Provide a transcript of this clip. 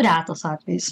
retas atvejis